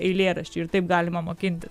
eilėraščių ir taip galima mokinti